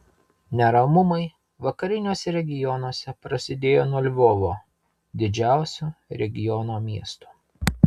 neramumai vakariniuose regionuose prasidėjo nuo lvovo didžiausio regiono miesto